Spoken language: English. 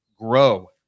grow